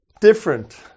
different